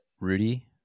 Rudy